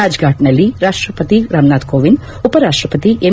ರಾಜ್ಫಾಟ್ನಲ್ಲಿ ರಾಷ್ಟಪತಿ ರಾಮನಾಥ್ ಕೋವಿಂದ್ ಉಪರಾಷ್ಟಪತಿ ಎಂ